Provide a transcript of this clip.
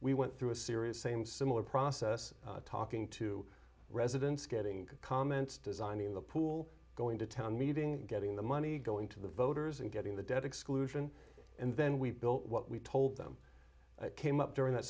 we went through a series same similar process talking to residents getting comments designing the pool going to town meeting getting the money going to the voters and getting the debt exclusion and then we built what we told them came up during that